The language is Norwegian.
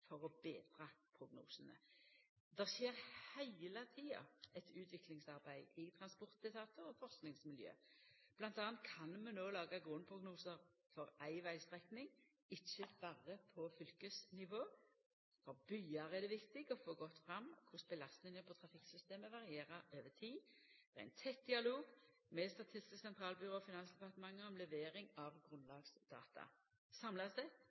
for å betra prognosane. Det skjer heile tida eit utviklingsarbeid i transportetatar og forskingsmiljø. Mellom anna kan vi no laga grunnprognosar for ei vegstrekning, ikkje berre på fylkesnivå. For byar er det viktig å få godt fram korleis belastninga på trafikksystemet varierer over tid. Det er ein tett dialog med Statistisk sentralbyrå og Finansdepartementet om levering av grunnlagsdata. Samla